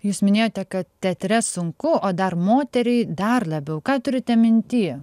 jūs minėjote kad teatre sunku o dar moteriai dar labiau ką turite minty